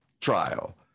trial